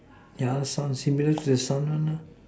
ya that's sun similar to the sun one lah